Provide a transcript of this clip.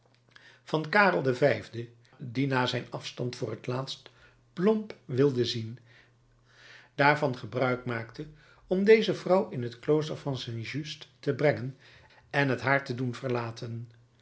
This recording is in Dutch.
van karel v die na zijn afstand voor het laatst plombes willende zien daarvan gebruik maakte om deze vrouw in het klooster van st yuste te brengen en het haar te doen verlaten